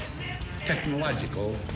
technological